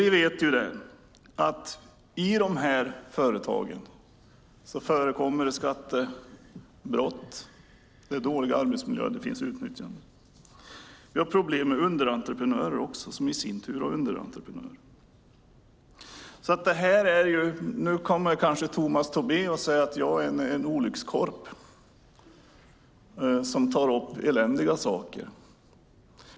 Vi vet att i de här företagen förekommer skattebrott, dåliga arbetsmiljöer och utnyttjande. Det är också problem med underentreprenörer som i sin tur har underentreprenörer. Nu kommer kanske Tomas Tobé att säga att jag är en olyckskorp som tar upp eländiga saker.